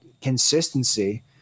consistency